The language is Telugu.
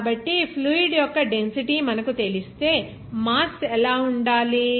కాబట్టి ఫ్లూయిడ్ యొక్క డెన్సిటీ మనకు తెలిస్తే మాస్ ఎలా ఉండాలి